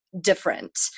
different